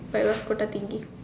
where was Kota-Tinggi